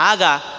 Aga